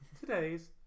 Today's